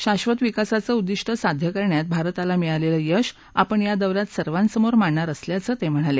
शाक्षत विकासाचं उद्दिष्ट साध्य करण्यात भारताला मिळालेलं यश आपण या दौ यात सर्वांसमोर मांडणार असल्याचं ते म्हणाले